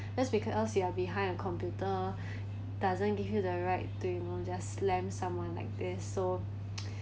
that's because you are behind a computer doesn't give you the right to you know just slam someone like this so